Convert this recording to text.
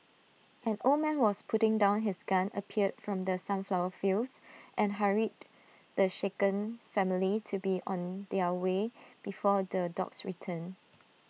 an old man was putting down his gun appeared from the sunflower fields and hurried the shaken family to be on their way before the dogs return